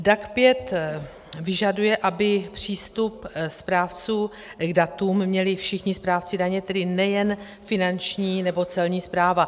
DAC 5 vyžaduje, aby přístup správců k datům měli všichni správci daně, tedy nejen Finanční nebo Celní správa.